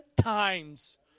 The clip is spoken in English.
times